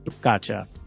Gotcha